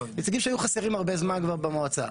נציגים שהיו חסרים הרבה זמן במועצה.